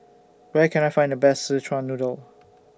Where Can I Find The Best Szechuan Noodle